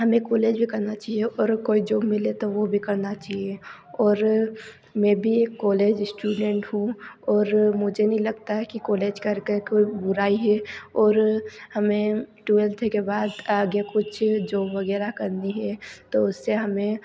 हमें कॉलेज करना चाहिए और कोई जॉब मिले तो वो भी करना चाहिए और मैं भी एक कॉलेज स्टूडेंट हूँ और मुझे नहीं लगता है कि कॉलेज कर कर कोइ बुराई है और हमें ट्वेल्थ के बाद आगे कुछ जॉब वगैरह करनी है तो उससे हमें